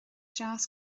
deas